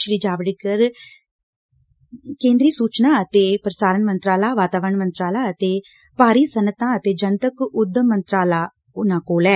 ਸ੍ਰੀ ਜਾਵੜੇਕਰ ਕੋਲ ਕੇਂਦਰੀ ਸੂਚਨਾ ਅਤੇ ਪ੍ਰਸਾਰਣ ਮੰਤਰਾਲਾ ਵਾਤਾਵਰਨ ਮੰਤਰਾਲਾ ਅਤੇ ਭਾਰੀ ਸੱਨਅਤਾਂ ਅਤੇ ਜਨਤਕ ਉੱਦਮ ਮੰਤਰਾਲਾ ਐ